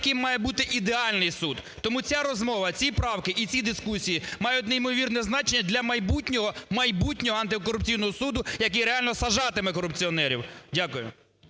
яким має бути ідеальний суд. Тому ця розмова, ці правки і ці дискусії мають неймовірне значення для майбутнього, майбутнього антикорупційного суду, який реально саджатиме корупціонерів. Дякую.